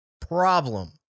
problem